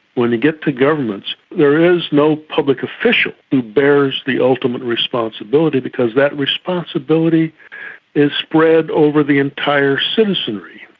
when you get to governments there is no public official who bears the ultimate responsibility because that responsibility is spread over the entire citizenry,